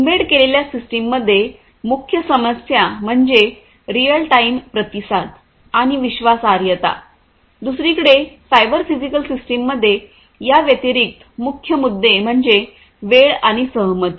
embed केलेल्या सिस्टममध्ये मुख्य समस्या म्हणजे रिअल टाइम प्रतिसाद आणि विश्वासार्हता दुसरीकडे सायबर फिजिकल सिस्टममध्ये या व्यतिरिक्त मुख्य मुद्दे म्हणजे वेळ आणि सहमती